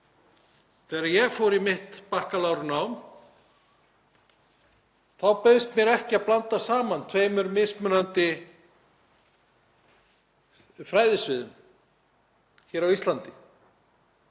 Þegar ég fór í mitt bakkalárnám þá bauðst mér ekki að blanda saman tveimur mismunandi fræðasviðum hér á Íslandi.